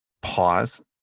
pause